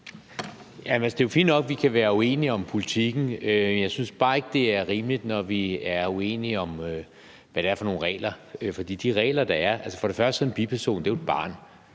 Det er jo fint nok, at vi kan være uenige om politikken, men jeg synes bare ikke, det er rimeligt, at vi er uenige om, hvad det er for nogle regler. For det første er en biperson jo et barn.